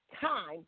time